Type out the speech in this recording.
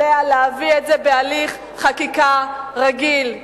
עליה להביא את זה בהליך חקיקה רגיל,